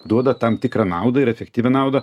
duoda tam tikrą naudą ir efektyvią naudą